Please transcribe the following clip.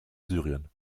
syrien